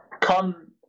come